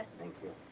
thank you.